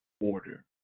order